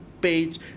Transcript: page